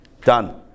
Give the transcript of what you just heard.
Done